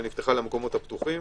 שנפתחה למקומות הפתוחים.